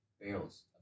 barrels